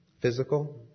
Physical